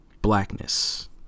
blackness